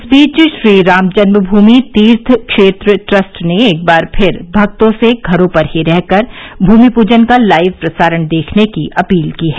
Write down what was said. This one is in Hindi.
इस बीच श्रीरामजन्म भूमि तीर्थ क्षेत्र ट्रस्ट ने एक बार फिर भक्तों से घरों पर ही रहकर भूमि पूजन का लाइव प्रसारण देखने की अपील की है